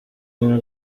imwe